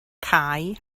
cau